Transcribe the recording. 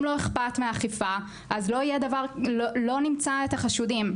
אם לא אכפת מהאכיפה אז לא נמצא את החשודים.